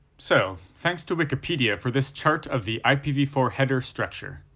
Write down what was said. so, thanks to wikipedia for this chart of the i p v four header structure.